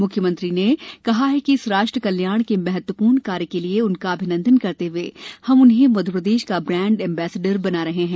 मुख्यमंत्री ने कहा कि इस राष्ट्र कल्याण के महत्वपूर्ण कार्य के लिये उनका अभिनन्दन करते हुए हम उन्हें मध्यप्रदेश का ब्रॉण्ड एम्बेसडर बना रहे हैं